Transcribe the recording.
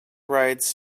rides